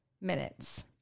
minutes